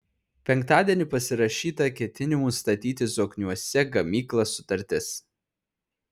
penktadienį pasirašyta ketinimų statyti zokniuose gamyklą sutartis